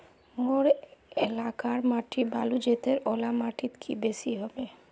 मोर एलाकार माटी बालू जतेर ओ ला माटित की बेसी हबे?